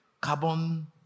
carbon